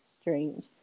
strange